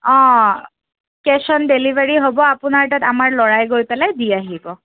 অঁ cash on delivery হ'ব আপোনাৰ তাত আমাৰ ল'ৰাই গৈ পেলাই দি আহিব